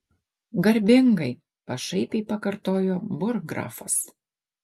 garbingai pašaipiai pakartojo burggrafas